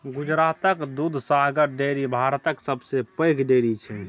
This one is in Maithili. गुजरातक दुधसागर डेयरी भारतक सबसँ पैघ डेयरी छै